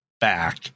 back